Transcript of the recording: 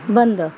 बंद